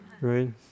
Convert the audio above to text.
right